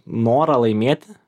norą laimėti